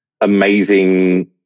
amazing